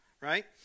right